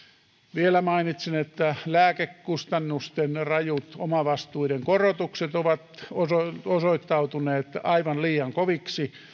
vielä mainitsen että lääkekustannusten rajut omavastuiden korotukset ovat osoittautuneet aivan liian koviksi